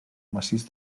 massís